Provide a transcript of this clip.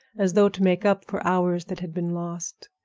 as though to make up for hours that had been lost.